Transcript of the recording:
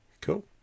Cool